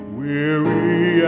weary